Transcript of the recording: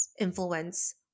influence